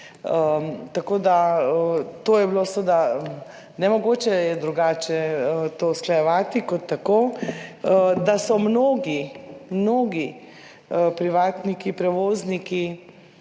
Tako da to je bilo seveda, nemogoče je drugače to usklajevati kot tako, da so mnogi, mnogi privatniki prevozniki